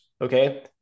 Okay